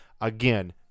Again